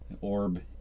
orb